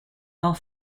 are